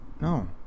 No